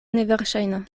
neverŝajna